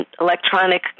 electronic